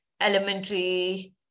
elementary